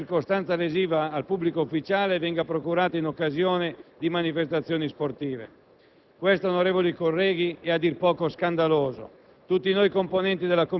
occorre che la circostanza lesiva al pubblico ufficiale venga procurata in occasione di manifestazioni sportive. Questo, onorevoli colleghi, è a dir poco scandaloso.